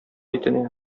итенә